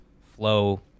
flow